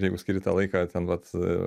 jeigu skiri tą laiką ten vat